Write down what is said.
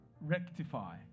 rectify